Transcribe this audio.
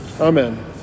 amen